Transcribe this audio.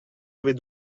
avez